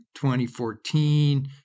2014